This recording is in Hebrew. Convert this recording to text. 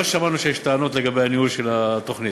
לא שמענו שיש טענות לגבי הניהול של התוכנית.